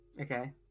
Okay